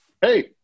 hey